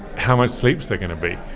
how much sleep is there going to be?